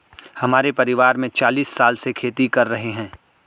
हमारे परिवार में चालीस साल से खेती कर रहे हैं